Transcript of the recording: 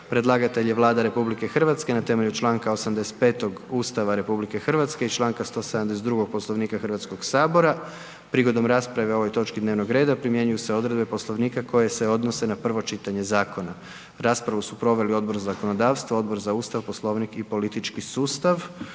Predlagatelj je Vlada RH na temelju čl. 85 Ustava RH i čl. 172. Poslovnika HS-a. prigodom rasprave o ovoj točki dnevnog reda primjenjuju se odredbe Poslovnika koje se odnose na prvo čitanje zakona. Raspravu su proveli Odbor za zakonodavstvo, Odbor za Ustav, Poslovnik i politički sustav.